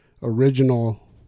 original